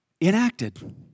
enacted